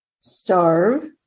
Starve